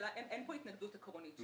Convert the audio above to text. התנגדות עקרונית.